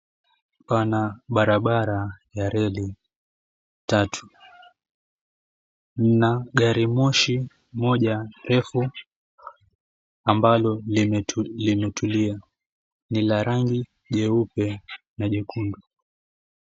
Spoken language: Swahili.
Pana barabara ya reli tatu na garimoshi moja refu ambalo limetulia. Ni la rangi nyeupe na nyekundu.